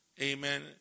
Amen